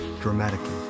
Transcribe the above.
dramatically